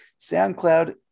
SoundCloud